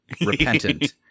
repentant